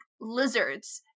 lizards